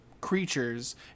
creatures